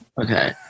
Okay